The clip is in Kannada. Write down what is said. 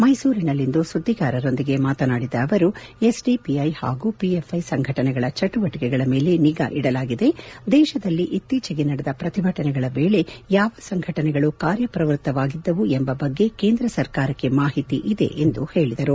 ಮೈಸೂರಿನಲ್ಲಿಂದು ಸುದ್ದಿಗಾರರೊಂದಿಗೆ ಮಾತನಾಡಿದ ಅವರು ಎಸ್ಡಿಪಿಐ ಹಾಗೂ ಪಿಎಫ್ಐ ಸಂಘಟನೆಗಳ ಮೇಲೆ ನಿಗಾ ಇಡಲಾಗಿದೆ ದೇಶದಲ್ಲಿ ಇತ್ತೀಚೆಗೆ ನಡೆದ ಪ್ರತಿಭಟನೆಗಳ ವೇಳೆ ಯಾವ ಸಂಘಟನೆಗಳು ಕಾರ್ಯಪ್ರವೃತ್ತವಾಗಿದ್ದವು ಎಂಬ ಬಗ್ಗೆ ಕೇಂದ್ರ ಸರ್ಕಾರಕ್ಕೆ ವರದಿ ಇದೆ ಎಂದು ಹೇಳಿದರು